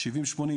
שבעים שמונים,